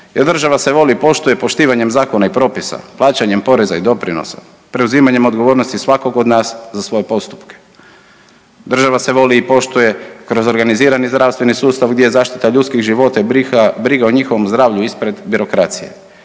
država se voli i poštuje poštivanjem zakona i propisa, plaćanjem poreza i doprinosa, preuzimanje odgovornosti svakog od nas za svoje postupke. Država se voli i poštuje kroz organizirani zdravstveni sustav gdje je zaštita ljudskih života i briga o njihovom zdravlju ispred birokracije.